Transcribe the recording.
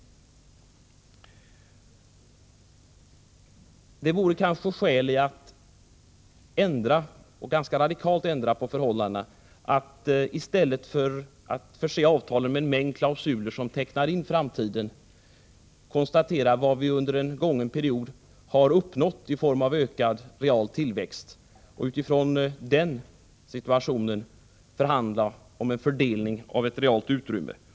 Det vore kanske skäl att ganska radikalt ändra på förhållandena, att i stället för att förse avtalen med en mängd klausuler som tecknar in framtiden konstatera vad vi under en gången period har uppnått i form av ökad real tillväxt och utifrån detta förhandla om en fördelning av det reala utrymmet.